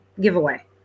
giveaway